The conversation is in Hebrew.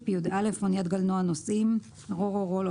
אניית גלנוע נוסעים - passenger ship RO RO,